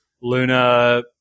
Luna